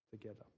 together